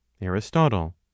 Aristotle